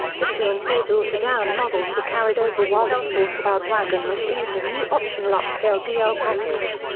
the two and four-door sedan models were carried over while the sportabout wagon received a new optional upscale d l package.